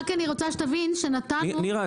רק אני רוצה שתבין שנתנו --- נירה,